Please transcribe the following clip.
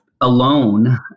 alone